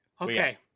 Okay